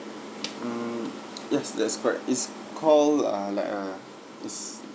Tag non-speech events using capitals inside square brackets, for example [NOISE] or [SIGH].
[NOISE] mm yes that is correct it's called ah like a it's